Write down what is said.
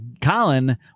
Colin